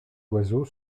oiseau